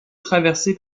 traversée